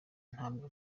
ntabwo